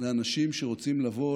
לאנשים שרוצים לבוא,